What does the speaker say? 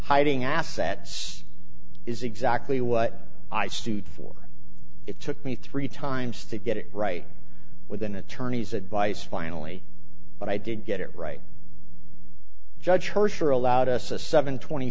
hiding assets is exactly what i sued for it took me three times to get it right with an attorney's advice finally but i didn't get it right judge hersh or allowed us a seven twenty